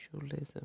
socialism